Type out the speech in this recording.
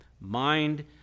mind